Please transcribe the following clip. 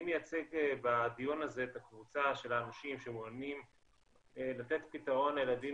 אני מייצג בדיון הזה את הקבוצה של האנשים שמעוניינים לתת פתרון לילדים